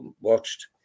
watched